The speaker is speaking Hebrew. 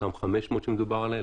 אותם 500 שדובר עליהם,